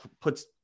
puts